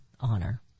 honor